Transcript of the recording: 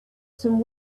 some